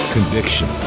Conviction